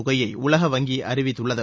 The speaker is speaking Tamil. தொகையை உலக வங்கி அறிவித்துள்ளது